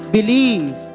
Believe